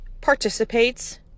participates